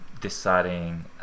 deciding